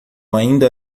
ainda